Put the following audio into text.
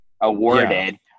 awarded